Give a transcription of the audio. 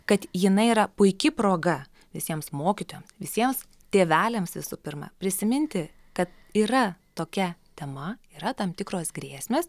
kad jinai yra puiki proga visiems mokytojam visiems tėveliams visų pirma prisiminti kad yra tokia tema yra tam tikros grėsmės